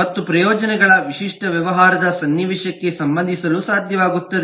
ಮತ್ತು ಪ್ರಯೋಜನಗಳ ವಿಶಿಷ್ಟ ವ್ಯವಹಾರ ಸನ್ನಿವೇಶಕ್ಕೆ ಸಂಬಂಧಿಸಲು ಸಾಧ್ಯವಾಗುತ್ತದೆ